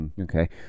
okay